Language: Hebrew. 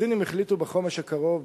הסינים החליטו בחומש הקרוב,